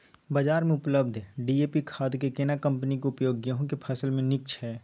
बाजार में उपलब्ध डी.ए.पी खाद के केना कम्पनी के उपयोग गेहूं के फसल में नीक छैय?